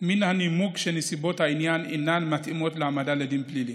מן הנימוק שנסיבות העניין אינן מתאימות להעמדה לדין פלילי